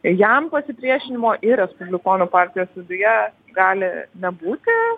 jam pasipriešinimo ir respublikonų partijos viduje gali nebūti